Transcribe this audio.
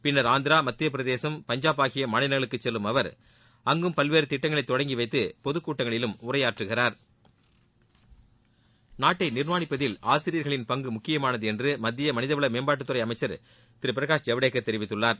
பின்னர் ஆந்திரா மத்திய பிரதேசம் பஞ்சாப் ஆகிய மாநிலங்களுக்கு செல்லும் அவர் அங்கும் பல்வேறு திட்டங்களை தொடங்கி வைத்து பொதுக்கூட்டங்களில் உரையாற்றுகிறார் நாட்டை நிர்மாணிப்பதில் ஆசியர்களின் பங்கு முக்கியமானது என்று மத்திய மனித வள மேம்பாட்டுத் துறை அமைச்சர திரு பிரகாஷ் ஜவ்டேகர் தெரிவித்துள்ளார்